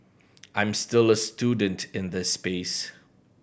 I'm still a student in this space